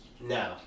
No